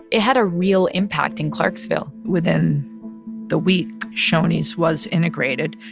it had a real impact in clarksville within the week, shoney's was integrated.